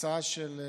להצעה של סמוטריץ'.